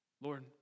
Lord